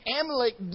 Amalek